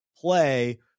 play